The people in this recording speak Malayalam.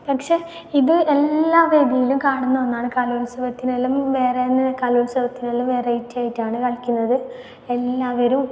പക്ഷെ ഇത് എല്ലാ വേദിയിലും കാണുന്ന ഒന്നാണ് കലോൽസവത്തിനെല്ലാം വേറെ ആണ് കലോൽസവത്തിനെല്ലാം വെറൈറ്റി ആയിട്ടാണ് കളിക്കുന്നത് എല്ലാവരും